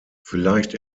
vielleicht